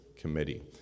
committee